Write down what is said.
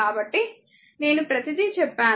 కాబట్టి నేను ప్రతిదీ చెప్పాను